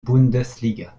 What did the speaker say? bundesliga